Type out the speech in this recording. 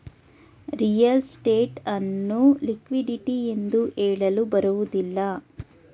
real estate ಅನ್ನು liquidity ಎಂದು ಹೇಳಲು ಬರುವುದಿಲ್ಲ